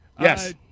Yes